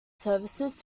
services